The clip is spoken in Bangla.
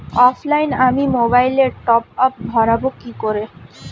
অফলাইনে আমি মোবাইলে টপআপ ভরাবো কি করে?